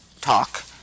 talk